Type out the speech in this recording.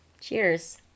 Cheers